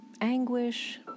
anguish